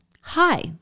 Hi